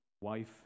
wife